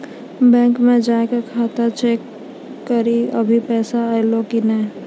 bank मे जाय के खाता चेक करी आभो पैसा अयलौं कि नै